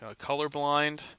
colorblind